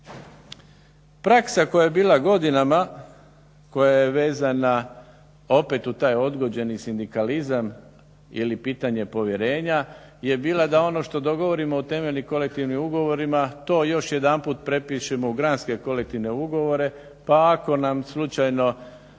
Praksa koja je bila godinama koja je vezana opet u taj odgođeni sindikalizam ili pitanje povjerenja je bila da ono što dogovorimo u temeljnim kolektivnim ugovorima to još jedanput prepišemo u granske kolektivne ugovore pa ako nam slučajno